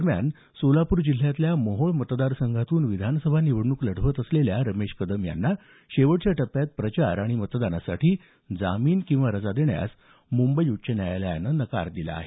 दरम्यान सोलापूर जिल्ह्यातल्या मोहोळ मतदार संघातून विधानसभा निवडणूक लढवत असलेल्या रमेश कदम यांना शेवटच्या टप्प्यात प्रचार आणि मतदानासाठी जामीन किंवा रजा देण्यास मुंबई उच्च न्यायालयानं नकार दिला आहे